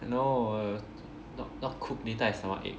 no not cooked later I stomachache